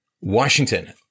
Washington